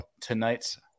tonight's